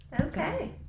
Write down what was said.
okay